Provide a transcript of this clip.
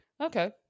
Okay